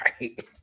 right